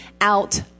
out